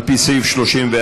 על פי סעיף 34,